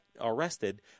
arrested